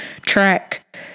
track